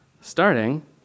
starting